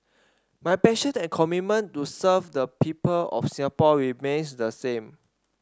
my passion and commitment to serve the people of Singapore remains the same